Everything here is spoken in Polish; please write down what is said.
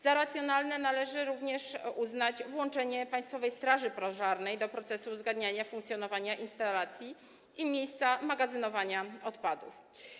Za racjonalne należy również uznać włączenie Państwowej Straży Pożarnej w proces uzgodnień co do funkcjonowania instalacji i miejsca magazynowania odpadów.